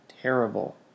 terrible